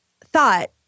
thought